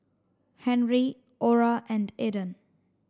Henry Orah and Eden